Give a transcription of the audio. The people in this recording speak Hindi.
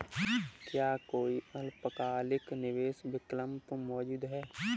क्या कोई अल्पकालिक निवेश विकल्प मौजूद है?